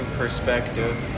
perspective